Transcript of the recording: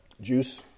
juice